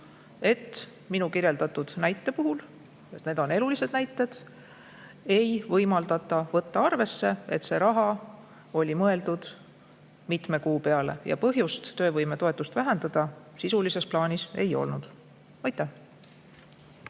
et minu kirjeldatud näite puhul – ja need on elulised näited – ei olnud võimalik võtta arvesse, et see raha oli mõeldud mitme kuu peale ja põhjust töövõimetoetust vähendada sisulises plaanis ei olnud. Aitäh!